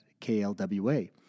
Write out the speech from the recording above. KLWA